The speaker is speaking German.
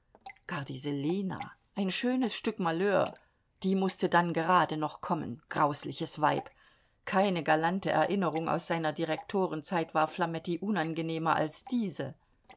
diese lena ein schönes stück malheur die mußte dann gerade noch kommen grausliches weib keine galante erinnerung aus seiner direktorenzeit war flametti unangenehmer als diese